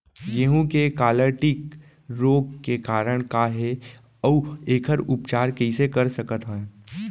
गेहूँ के काला टिक रोग के कारण का हे अऊ एखर उपचार कइसे कर सकत हन?